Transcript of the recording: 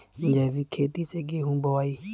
जैविक खेती से गेहूँ बोवाई